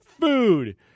food